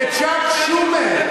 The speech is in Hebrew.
וצ'אק שומר,